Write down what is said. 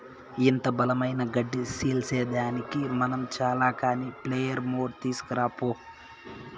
ఇంత బలమైన గడ్డి సీల్సేదానికి మనం చాల కానీ ప్లెయిర్ మోర్ తీస్కరా పో